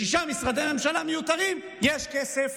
לשישה משרדי ממשלה מיותרים יש כסף.